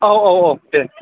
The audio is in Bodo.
औ औ औ दे